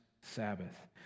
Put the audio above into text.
Sabbath